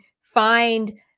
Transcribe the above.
find